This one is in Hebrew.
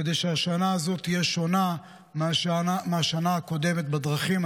כדי שהשנה הזאת תהיה שונה מהשנה הקודמת בדרכים.